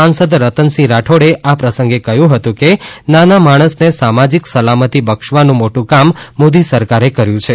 સાંસદ રતનસિંહ રાઠોડે આ પ્રસંગે કહ્યું હતું કે નાના માણસ ને સામાજિક સલામતી બક્ષવાનું મોટું કામ મોદી સરકારે કર્યું છે